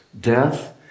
Death